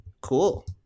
Cool